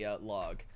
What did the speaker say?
log